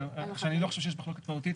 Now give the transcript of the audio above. הסוגיה השנייה שאני לא חושב שיש מחלוקת מהותית,